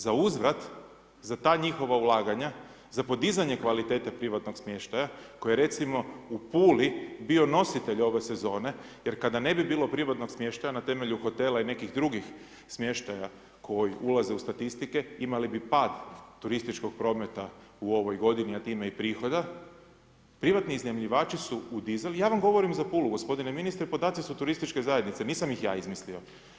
Zauzvrat za ta njihova ulaganja, za kvalitete privatnog smještaja koji je recimo u Puli bio nositelj ove sezone jer kada ne bi bilo privatnog smještaja na temelju hotela i nekih drugih smještaja koji ulaze u statistike, imali bi pad turističkog prometa u ovoj godini a time i prihoda, privatni iznajmljivači su ... ja vam govorim za Pulu, gospodine ministre, podaci su Turističke zajednice, nisam ih ja izmislio.